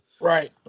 Right